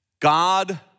God